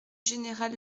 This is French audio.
général